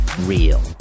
Real